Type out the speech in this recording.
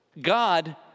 God